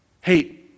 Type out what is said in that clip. Hey